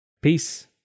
Peace